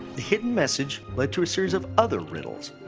the hidden message led to a series of other riddles,